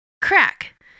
Crack